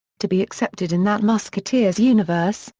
to be accepted in that musketeers universe,